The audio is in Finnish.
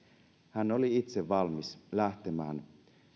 hän oli itse valmis lähtemään